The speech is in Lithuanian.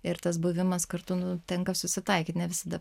ir tas buvimas kartu nu tenka susitaikyt ne visada